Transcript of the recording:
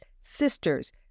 sisters